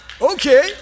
okay